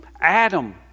Adam